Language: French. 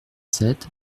sept